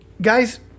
Guys